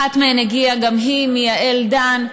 אחת מהן הגיעה גם היא מיעל דן,